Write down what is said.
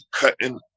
cutting